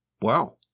Wow